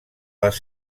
les